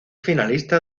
finalista